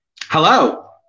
Hello